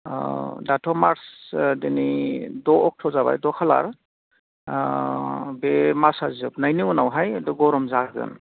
दाथ' मार्स दिनै द' अक्ट' जाबाय द' खालार बे मासा जोबनायनि उनावहाय गरम जागोन